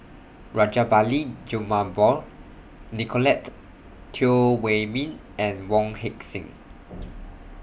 Rajabali Jumabhoy Nicolette Teo Wei Min and Wong Heck Sing